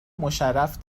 مشرف